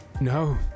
No